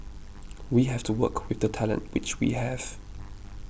we have to work with the talent which we have